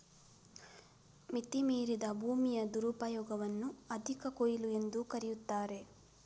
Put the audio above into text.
ಮಿತಿ ಮೀರಿದ ಭೂಮಿಯ ದುರುಪಯೋಗವನ್ನು ಅಧಿಕ ಕೊಯ್ಲು ಎಂದೂ ಕರೆಯುತ್ತಾರೆ